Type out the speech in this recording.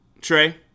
Trey